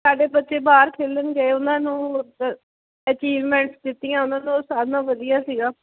ਸਾਡੇ ਬੱਚੇ ਬਾਹਰ ਖੇਲਣ ਗਏ ਉਹਨਾਂ ਨੂੰ ਅਚੀਵਮੈਂਟ ਦਿੱਤੀਆਂ ਉਹਨਾਂ ਨੂੰ ਸਾਰਿਆਂ ਨਾਲੋਂ ਵਧੀਆ ਸੀਗਾ